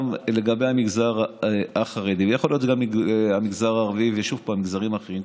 גם לגבי המגזר החרדי ויכול להיות שגם לגבי המגזר הערבי ומגזרים אחרים,